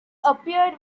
appeared